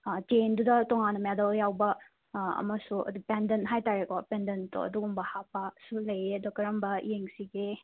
ꯆꯦꯟꯗꯨꯗ ꯇꯣꯉꯥꯟꯅ ꯃꯦꯗꯜ ꯌꯥꯎꯕ ꯑꯃꯁꯨ ꯑꯗꯣ ꯄꯦꯟꯗꯟ ꯍꯥꯏꯇꯥꯔꯦꯀꯣ ꯄꯦꯟꯗꯣꯟꯗꯣ ꯑꯗꯨꯒꯨꯝꯕ ꯍꯥꯞꯄꯁꯨ ꯂꯩꯌꯦ ꯑꯗꯣ ꯀꯔꯝꯕ ꯌꯦꯡꯁꯤꯒꯦ